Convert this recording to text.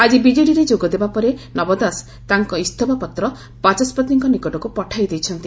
ଆକି ବି ଦେବା ପରେ ନବ ଦାସ ତାଙ୍କ ଇସ୍ତଫା ପତ୍ର ବାଚସ୍ବତିଙ୍କ ନିକଟକୁ ପଠାଇ ଦେଇଛନ୍ତି